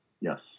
yes